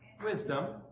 wisdom